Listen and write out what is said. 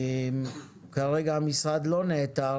כרגע המשרד לא נעתר,